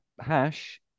hash